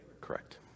Correct